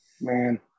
Man